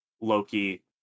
Loki